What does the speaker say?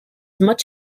much